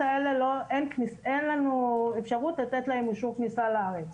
האלה אין אפשרות לתת אישור כניסה לארץ.